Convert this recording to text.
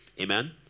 Amen